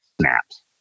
snaps